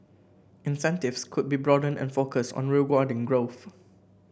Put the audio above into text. incentives could be broadened and focused on rewarding growth